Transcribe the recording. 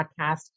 podcast